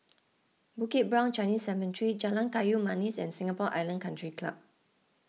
Bukit Brown Chinese Cemetery Jalan Kayu Manis and Singapore Island Country Club